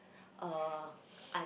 uh